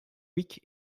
week